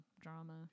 drama